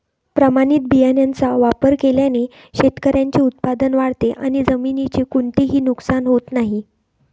प्रमाणित बियाण्यांचा वापर केल्याने शेतकऱ्याचे उत्पादन वाढते आणि जमिनीचे कोणतेही नुकसान होत नाही